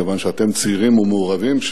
כיוון שאתם צעירים ומעורבים,